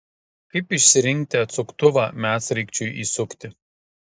kaip išsirinkti atsuktuvą medsraigčiui įsukti